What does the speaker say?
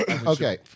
Okay